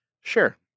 Sure